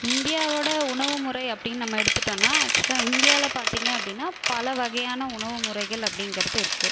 இந்தியாவோட உணவுமுறை அப்படினு நம்ம எடுத்துட்டோம்னா ஆக்சுவலாக இந்தியாவில பார்த்திங்க அப்படினா பல வகையான உணவு முறைகள் அப்படிங்கிறது இருக்கு